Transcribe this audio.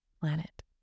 planet